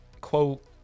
quote